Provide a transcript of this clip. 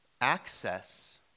Access